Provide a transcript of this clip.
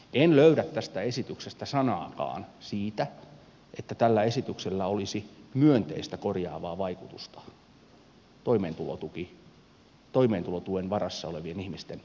en löydä tästä esityksestä sanaakaan siitä että tällä esityksellä olisi myönteistä korjaavaa vaikutusta toimeentulotuen varassa olevien ihmisten elämään ja arkeen